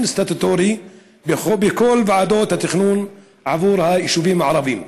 סטטוטורי בכל ועדות התכנון עבור היישובים הערביים.